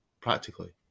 practically